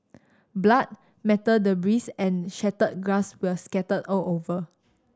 blood metal debris and shattered glass were scattered all over